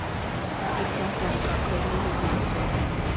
विद्यार्थ्यांका खयले विमे आसत?